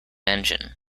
engine